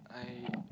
I